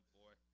boy